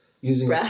using